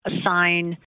assign